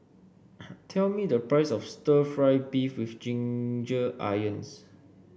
tell me the price of stir fry beef with Ginger Onions